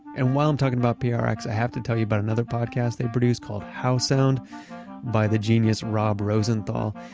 and while i'm talking about ah prx, i have to tell you about another podcast they produce called how sound by the genius rob rosenthal.